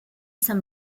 some